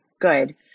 Good